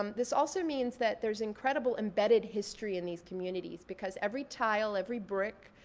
um this also means that there's incredible embedded history in these communities because every tile, every brick,